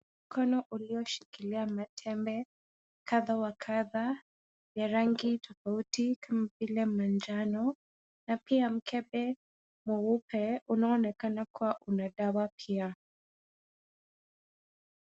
Mkono ulioshikilia matembe kadha wa kadha ya rangi tofauti kama vile manjano na pia mkebe mweupe unaoonekana kua una dawa pia.